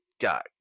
got